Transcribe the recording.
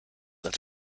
als